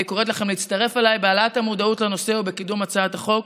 אני קוראת לכם להצטרף אליי בהעלאת המודעות לנושא ובקידום הצעת החוק.